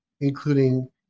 including